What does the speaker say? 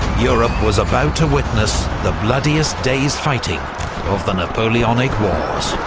europe was about to witness the bloodiest day's fighting of the napoleonic wars.